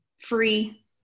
free